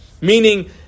Meaning